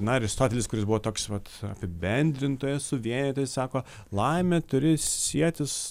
na aristotelis kuris buvo toks vat apibendrintojas suvienytojas sako laimė turi sietis